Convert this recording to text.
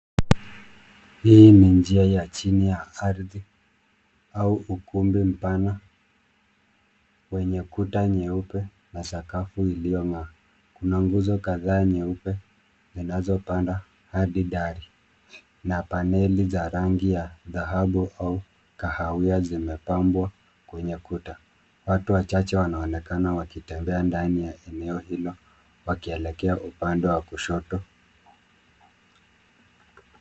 Hii ni njia ya chini ya ardhi au ukumbi mpana wenye kuta nyeupe na sakafu iliyong'aa. Kuna nguzo kadhaa nyeupe zinazo panda hadi dari na paneli za rangi ya thahabu au kahawia zimepambwa kwenye kuta. Watu wachache wanaonekana wakitembea ndani ya eneo hilo wakielekea upande wa kushoto.